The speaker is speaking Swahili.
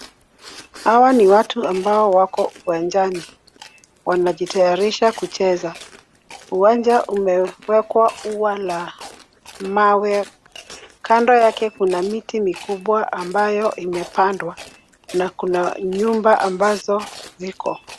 Hawa ni watu ambao wako uwanjani wanajitayarisha kucheza ,uwanja umewekwa ua la mawe kando yake kuna miti mikubwa ambayo imepandwa na kuna nyumba ambazo ziko.